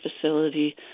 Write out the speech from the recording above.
facility